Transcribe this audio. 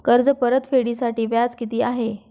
कर्ज परतफेडीसाठी व्याज किती आहे?